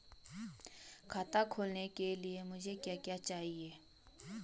खाता खोलने के लिए मुझे क्या क्या चाहिए?